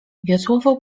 wiosłował